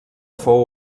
fou